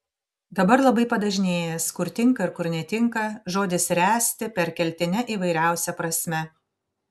dabar labai padažnėjęs kur tinka ir kur netinka žodis ręsti perkeltine įvairiausia prasme